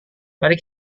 mari